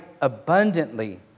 abundantly